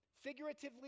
Figuratively